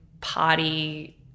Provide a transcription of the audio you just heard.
party